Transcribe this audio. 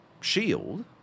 shield